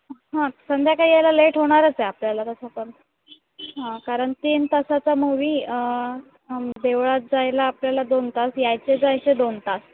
हां संध्याकाळी यायला लेट होणारच आहे आपल्याला तसं पण हां कारण तीन तासाचा मूवी देवळात जायला आपल्याला दोन तास यायचे जायचे दोन तास